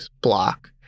block